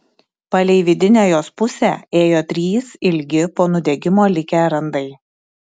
palei vidinę jos pusę ėjo trys ilgi po nudegimo likę randai